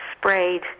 sprayed